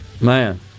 man